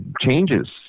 changes